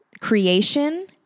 creation